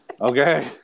okay